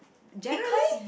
generally